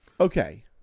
Okay